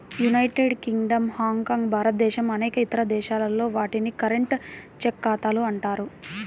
United Kingdom, Hong Kong, భారతదేశం అనేక ఇతర దేశాల్లో, వాటిని కరెంట్, చెక్ ఖాతాలు అంటారు